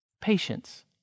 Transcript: Patience